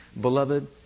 Beloved